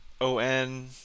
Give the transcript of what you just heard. ON